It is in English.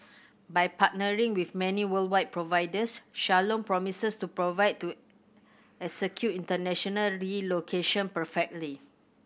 by partnering with many worldwide providers Shalom promises to provide to execute internationally relocation perfectly